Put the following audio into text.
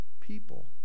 people